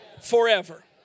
forever